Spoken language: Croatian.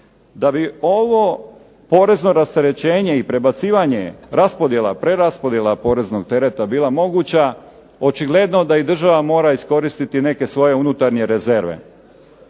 Da bi ovo porezno rasterećenje i prebacivanja raspodjela, preraspodjela poreznog tereta bila moguća očigledno da i država mora iskoristiti neke svoje unutarnje rezerve.